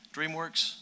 DreamWorks